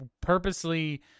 purposely